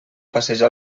passejar